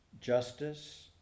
justice